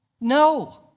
No